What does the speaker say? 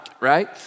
right